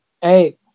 hey